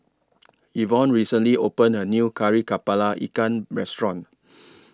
Yvonne recently opened A New Kari Kepala Ikan Restaurant